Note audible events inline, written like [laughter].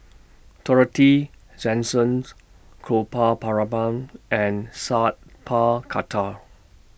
Dorothy [unintelligible] Gopal Baratham and Sat Pal Khattar